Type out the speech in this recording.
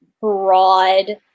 broad